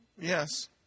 Yes